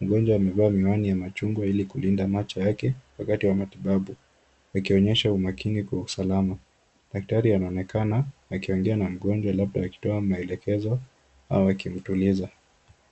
Mgonjwa amevaa miwani ya machungwa ili kulinda macho yake wakati wa matibabu akionyesha umakini kwa usalama. Daktari anaonekana akiongea na mgonjwa labda akitoa maelekezo au akimtuliza.